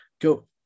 go